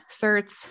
CERTs